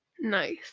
Nice